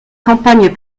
campagnes